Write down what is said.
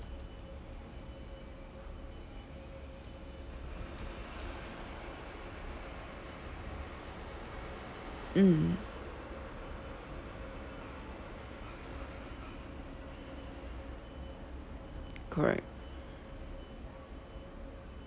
mm correct